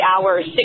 hours